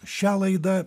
šią laidą